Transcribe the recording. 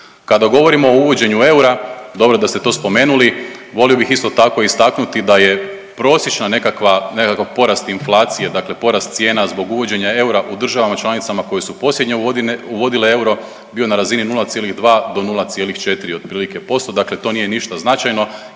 Kada govorimo o uvođenju eura, dobro da ste to spomenuli, volio bih isto tako istaknuti da je prosječna nekakva, nekakav porast inflacije, dakle porast cijena zbog uvođenja eura u državama članicama koje su posljednje uvodile euro bio na razini 0,2 do 0,4, otprilike, posto, dakle to nije ništa značajno